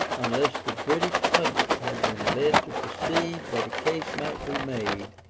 unless the british public had been led to perceive that a case might be made,